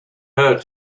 her